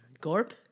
Gorp